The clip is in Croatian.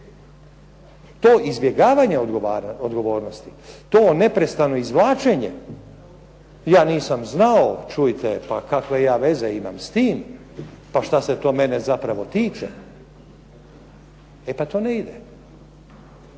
To izbjegavanje odgovornosti, to neprestano izvlačenje ja nisam znao, čujte pa kakve ja veze imam s tim, pa šta se to mene zapravo tiče, e pa to ne ide.